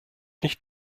nicht